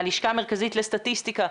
מהלשכה המרכזית לסטטיסטיקה,